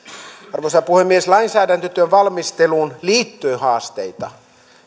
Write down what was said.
arvoisa puhemies lainsäädäntötyön valmisteluun liittyy haasteita